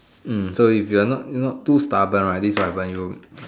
hmm so if you're not not too stubborn right this is what will happen